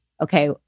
okay